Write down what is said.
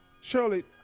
Shirley